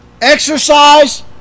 exercise